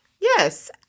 yes